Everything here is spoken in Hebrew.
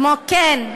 כמו כן,